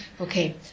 Okay